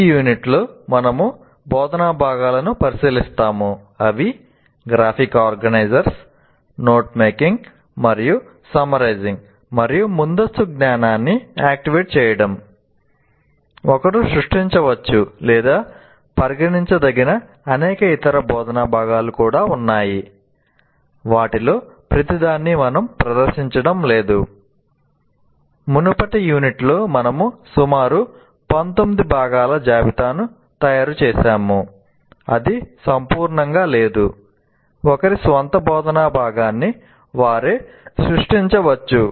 ఈ యూనిట్లో మనము బోధనా భాగాలను పరిశీలిస్తాము గ్రాఫిక్ ఆర్గనైజర్లు మునుపటి యూనిట్లో మనము సుమారు 19 భాగాల జాబితాను తయారు చేసాము అది సంపూర్ణంగా లేదు ఒకరి స్వంత బోధనా భాగాన్ని వారే సృష్టించుకోవచ్చు